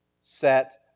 set